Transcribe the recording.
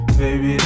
baby